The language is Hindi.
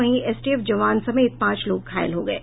वहीं एसटीएफ जवान समेत पांच लोग घायल हो गये